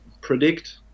predict